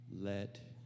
let